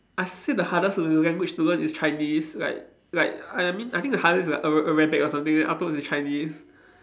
I say the hardest err language to learn is Chinese like like I mean I think the hardest is a~ Arabic or something then afterwards is Chinese